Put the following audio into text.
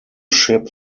ship